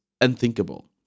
unthinkable